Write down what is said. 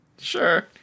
sure